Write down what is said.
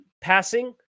passing